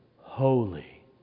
Holy